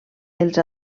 els